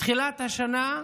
מתחילת השנה,